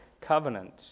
covenant